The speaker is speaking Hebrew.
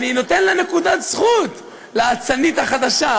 אני נותן לה נקודת זכות לאצנית החדשה,